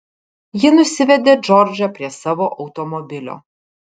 ji nusivedė džordžą prie savo automobilio